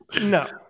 No